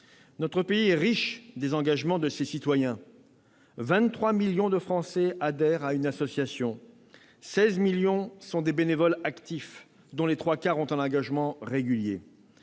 Notre pays est riche des engagements de ses citoyens : 23 millions de Français adhèrent à une association ; 16 millions sont des bénévoles actifs, l'engagement des trois quarts d'entre eux ayant un